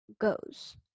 goes